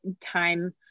time